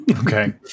Okay